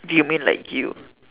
do you mean like you